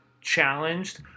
challenged